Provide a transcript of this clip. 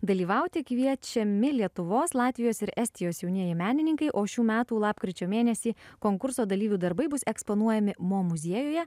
dalyvauti kviečiami lietuvos latvijos ir estijos jaunieji menininkai o šių metų lapkričio mėnesį konkurso dalyvių darbai bus eksponuojami mo muziejuje